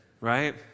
right